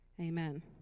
Amen